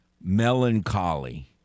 melancholy